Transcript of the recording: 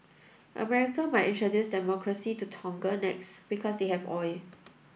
America might introduce democracy to Tonga next because they have oil